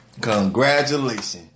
congratulations